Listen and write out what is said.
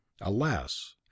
Alas